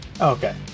Okay